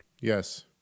Yes